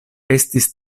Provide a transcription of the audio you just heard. estis